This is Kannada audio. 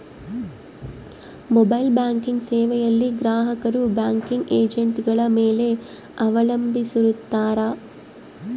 ಮೊಬೈಲ್ ಬ್ಯಾಂಕಿಂಗ್ ಸೇವೆಯಲ್ಲಿ ಗ್ರಾಹಕರು ಬ್ಯಾಂಕಿಂಗ್ ಏಜೆಂಟ್ಗಳ ಮೇಲೆ ಅವಲಂಬಿಸಿರುತ್ತಾರ